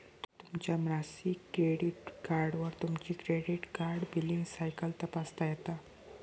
तुमच्या मासिक क्रेडिट कार्डवर तुमची क्रेडिट कार्ड बिलींग सायकल तपासता येता